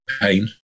pain